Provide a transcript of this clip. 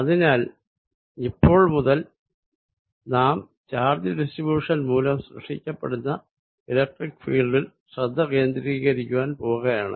അതിനാൽ ഇപ്പോൾ മുതൽ നാം ചാർജ് ഡിസ്ട്രിബ്യുഷൻ മൂലം സൃഷ്ടിക്കപ്പെടുന്ന ഇലക്ട്രിക്ക് ഫീൽഡിൽ ശ്രദ്ധ കേന്ദ്രീകരിക്കുവാൻ പോകയാണ്